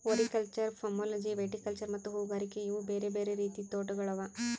olericulture, pomology, viticulture ಮತ್ತ ಹೂಗಾರಿಕೆ ಇವು ಬೇರೆ ಬೇರೆ ರೀತಿದ್ ತೋಟಗೊಳ್ ಅವಾ